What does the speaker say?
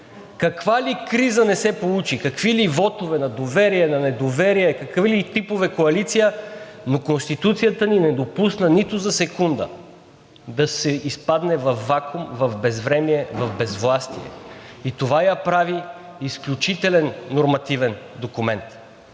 каква ли криза не се получи, какви ли вотове на доверие, на недоверие, какви ли типове коалиции?! Но Конституцията ни не допусна нито за секунда да се изпадне във вакуум, в безвремие, в безвластие. И това я прави изключителен нормативен документ!